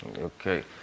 Okay